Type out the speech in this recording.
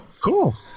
Cool